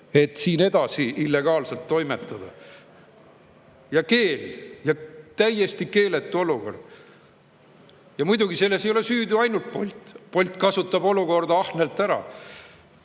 et siin edasi illegaalselt toimetada. Ja keel. Täiesti keeletu olukord! Ja muidugi ei ole selles süüdi ainult Bolt. Bolt kasutab olukorda ahnelt ära.